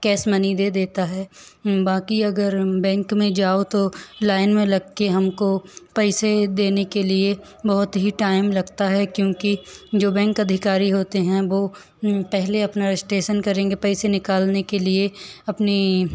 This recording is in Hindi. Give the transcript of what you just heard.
कैस मनी दे देता है बाकी अगर बैंक में जाओ तो लाइन में लग कर हमको पैसे देने के लिए बहुत ही टाइम लगता है क्योंकि जो बैंक अधिकारी होते हैं वो पहले अपना स्टेसन करेंगे पैसे निकालने के लिए अपनी